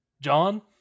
john